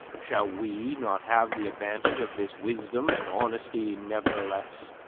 shall we not have the advantage of this wisdom and honesty, nevertheless?